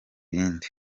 yindi